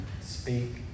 speak